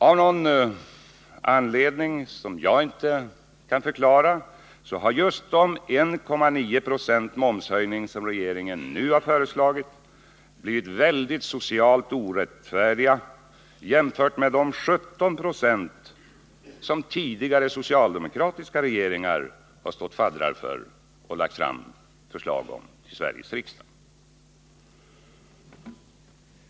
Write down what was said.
Av någon för mig okänd anledning har just de 1,9 procenten i momshöjning som regeringen nu har föreslagit blivit väldigt socialt orättfärdiga jämfört med de 17 96 som tidigare socialdemokratiska regeringar har stått faddrar för och lagt fram förslag om till Sveriges riksdag.